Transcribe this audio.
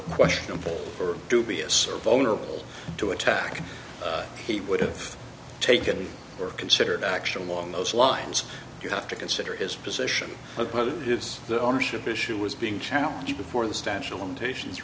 questionable or dubious or vulnerable to attack he would have taken or considered action long those lines you have to consider his position of whether it's the ownership issue was being challenged before the statue of limitations